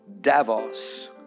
davos